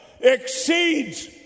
exceeds